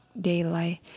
daylight